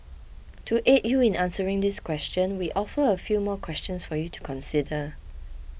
to aid you in answering this question we offer a few more questions for you to consider